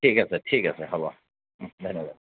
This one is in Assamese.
ঠিক আছে ঠিক আছে হ'ব ও ধন্যবাদ